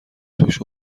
توش